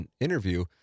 interview